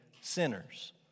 sinners